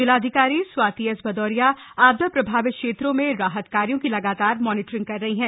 जिलाधिकारी स्वाति एस भदौरिया आपदा प्रभावित क्षेत्रों में राहत कार्यों की लगातार मॉनिटरिंग कर रही हैं